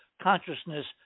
consciousness